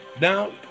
Now